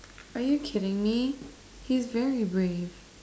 are you kidding me he's very brave